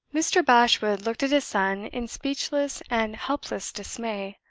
mr. bashwood looked at his son in speechless and helpless dismay.